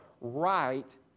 right